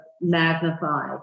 magnified